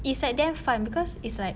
it's like damn fun because it's like